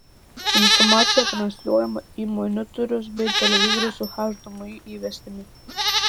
informacija transliuojama į monitorius bei televizorius su hdmi įvestimi